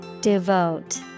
devote